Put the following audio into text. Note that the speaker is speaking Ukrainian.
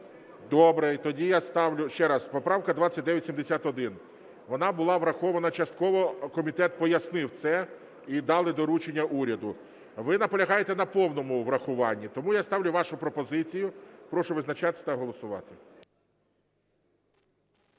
Добре, тоді я ставлю. Ще раз, поправка 2971, вона була врахована частково. Комітет пояснив це і дали доручення уряду. Ви наполягаєте на повному врахуванні, тому я ставлю вашу пропозицію. Прошу визначатися та голосувати.